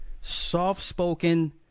soft-spoken